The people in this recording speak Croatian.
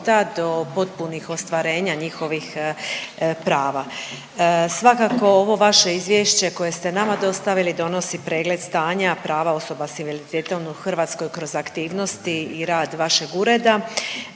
do potpunih ostvarenja njihovih prava. Svakako ovo vaše izvješće koje ste nama dostavili donosi pregled stanja prava osoba s invaliditetom u Hrvatskoj kroz aktivnosti i rad vašeg ureda